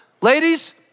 Ladies